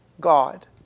God